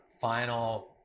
final